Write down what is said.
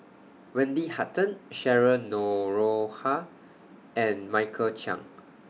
Wendy Hutton Cheryl Noronha and Michael Chiang